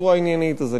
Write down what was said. חזרה לארץ מוצאם?